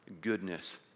goodness